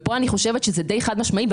פה אני חושבת שזה די חד-משמעי,